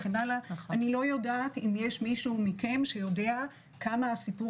אני לא יודעת אם יש מישהו מכם שיודע כמה הסיפור